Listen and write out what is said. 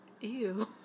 Ew